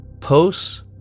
posts